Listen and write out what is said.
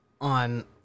on